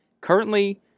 currently